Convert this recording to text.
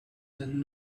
then